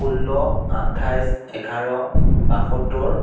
ষোল্ল আঠাইছ এঘাৰ বাসত্তৰ